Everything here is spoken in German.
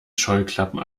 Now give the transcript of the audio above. scheuklappen